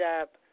up